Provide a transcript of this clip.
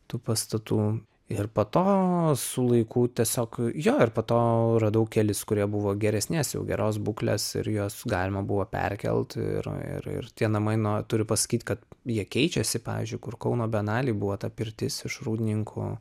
tų pastatų ir po to su laiku tiesiog jo ir po to radau kelis kurie buvo geresnės jau geros būklės ir juos galima buvo perkelt ir ir ir tie namai na turiu pasakyt kad jie keičiasi pavyzdžiui kur kauno bienalėj buvo ta pirtis iš rūdninkų